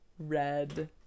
Red